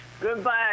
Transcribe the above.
Goodbye